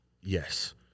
Yes